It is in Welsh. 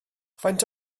faint